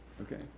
Okay